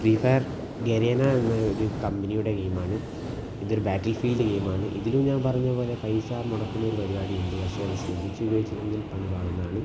free fire Garena എന്ന ഒരു കമ്പനിയുടെ ഗെയിമാണ് ഇതൊരു ബാറ്റിൽ ഫേസ് ഗെയിമാണ് ഇതിലും ഞാൻ പറഞ്ഞത് പോലെ പൈസ മുടക്കുന്ന ഒരു പരിപാടിയുണ്ട് പക്ഷെ അത് ശ്രദ്ധിച്ചു ഉപയോഗിച്ചില്ലെങ്കിൽ പണി പാളുന്നതാണ്